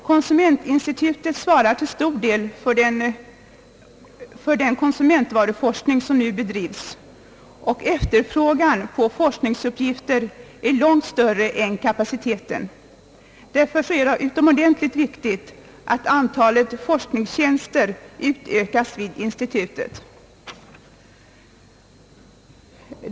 Konsumentinstitutet svarar till stor del för den konsumentvaruforskning som nu bedrives, och efterfrågan på forskning är långt större än kapaciteten. Därför är det utomordentligt viktigt att antalet forskningstjänster vid institutet utökas.